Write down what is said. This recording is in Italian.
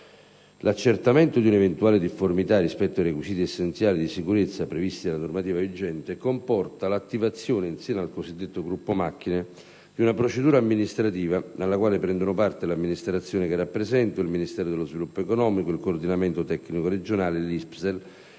L'accertamento di un'eventuale difformità rispetto ai requisiti essenziali di sicurezza previsti dalla normativa vigente comporta l'attivazione, in seno al cosiddetto gruppo macchine, di una procedura amministrativa (alla quale prendono parte l'amministrazione che rappresento, il Ministero dello sviluppo economico, il coordinamento tecnico regionale e l'ISPESL)